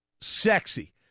sexy